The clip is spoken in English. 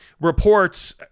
reports